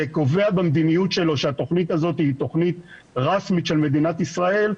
וקובע במדיניות שלו שהתוכנית הזאת היא תוכנית רשמית של מדינת ישראל,